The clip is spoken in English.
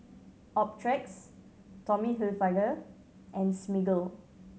Optrex Tommy Hilfiger and Smiggle